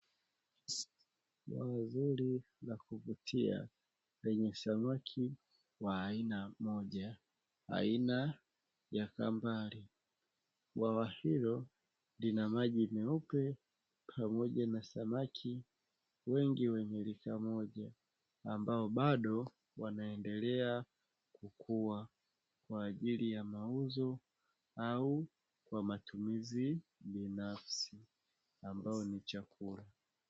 Bwawa zuri la kuvutia lenye samaki wa aina moja, aina ya kambale, bwawa hilo lina maji meupe pamoja na samaki wengi wenye rika moja, ambao bado wanaendelea kukua kwajili ya mauzo au kwa matumizi binafsi ambao ni chakula.